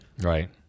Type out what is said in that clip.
right